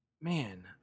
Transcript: man